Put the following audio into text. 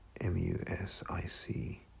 M-U-S-I-C